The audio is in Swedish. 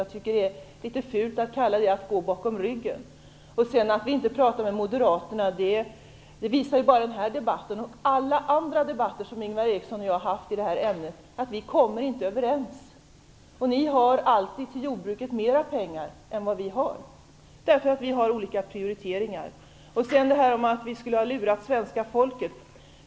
Jag tycker att det är litet fult att kalla detta att gå bakom ryggen på någon. Vad gäller att vi inte talar med moderaterna visar denna debatt, liksom alla andra debatter som Ingvar Eriksson och jag har haft i det här ämnet, att vi inte kommer överens. Ni har alltid mera pengar till jordbruket än vad vi har, eftersom våra respektive prioriteringar är olika. Det sades vidare att vi skulle ha lurat svenska folket.